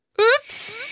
Oops